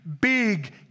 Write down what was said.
big